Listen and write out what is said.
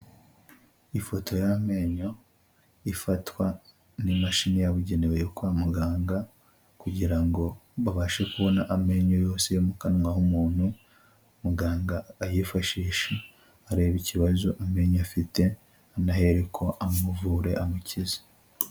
Ifoto y'amenyo ifatwa n'imashini yabugenewe yo kwa muganga, kugira ngo babashe kubona amenyo yose yo mu kanwa h'umuntu, muganga ayifashishe areba ikibazo amenyayo afite, anahereko amuvure, amukize.